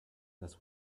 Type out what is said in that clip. this